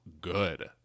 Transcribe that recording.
good